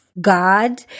God